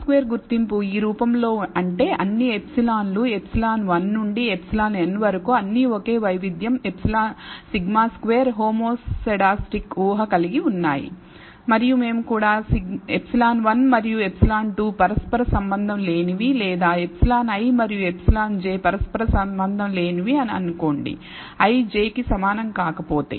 σ2 గుర్తింపు ఈ రూపంలో అంటే అన్ని ఎప్సిలాన్లు ε1 నుండి εn వరకు అన్నీ ఒకే వైవిధ్యం σ2 హోమోస్సెడాస్టిక్ ఊహ కలిగి ఉన్నాయి మరియు మేము కూడా ε1 మరియు ε2 పరస్పర సంబంధం లేనివి లేదా εi మరియు εj పరస్పర సంబంధం లేనివి అని అనుకోండి i j కి సమానం కాకపోతే